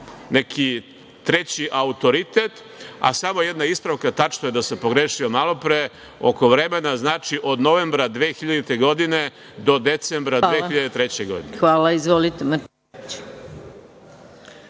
neki treći autoritet, a samo jedna ispravka - tačno je da sama pogrešio malopre oko vremena. Znači, od novembra 2000. godine do decembra 2003. godine. **Maja Gojković**